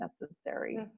necessary